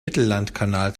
mittellandkanal